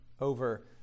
over